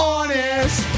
Honest